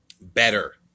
Better